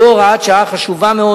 זו הוראת שעה חשובה מאוד,